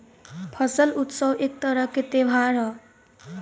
फसल उत्सव एक तरह के त्योहार ह